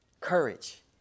Courage